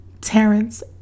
Terrence